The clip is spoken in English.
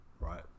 right